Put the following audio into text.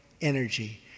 energy